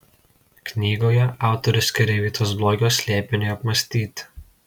knygoje autorius skiria vietos blogio slėpiniui apmąstyti